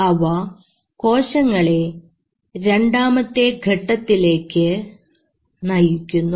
അവ കോശങ്ങളെ രണ്ടാമത്തെ ഘട്ടത്തിലേക്ക് നയിക്കുന്നു